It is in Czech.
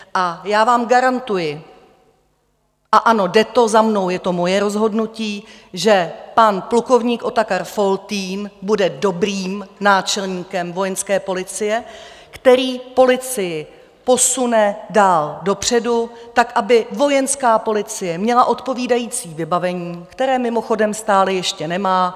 A já vám garantuji, a ano, jde to za mnou, je to moje rozhodnutí, že pan plukovník Otakar Foltýn bude dobrým náčelníkem Vojenské policie, který policii posune dál dopředu tak, aby Vojenská policie měla odpovídající vybavení, které mimochodem stále ještě nemá.